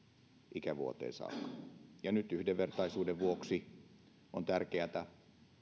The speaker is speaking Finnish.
ikävuoteen saakka ja nyt yhdenvertaisuuden vuoksi on tärkeätä